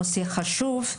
הנושא חשוב.